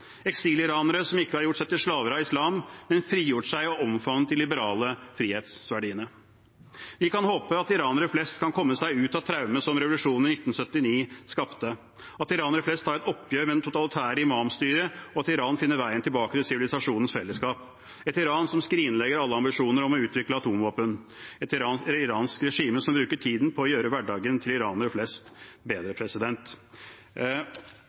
som ikke har gjort seg til slaver av islam, har kunnet frigjøre seg og omfavnet de liberale frihetsverdiene. Vi kan håpe at iranere flest kan komme seg ut av traumet som revolusjonen i 1979 skapte, at iranere flest tar et oppgjør med det totalitære imamstyret, og at Iran finner veien tilbake til sivilisasjonens fellesskap – et Iran som skrinlegger alle ambisjoner om å utvikle atomvåpen, et iransk regime som bruker tiden på å gjøre hverdagen til iranere flest